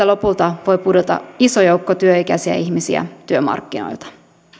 lopulta voi pudota iso joukko työikäisiä ihmisiä työmarkkinoilta